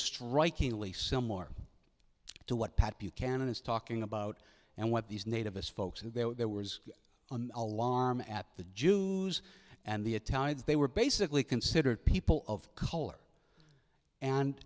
strikingly similar to what pat buchanan is talking about and what these native us folks who were on a lawn at the jews and the italians they were basically considered people of color and